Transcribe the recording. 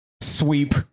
sweep